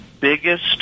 biggest